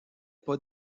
pas